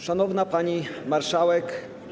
Szanowna Pani Marszałek!